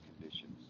conditions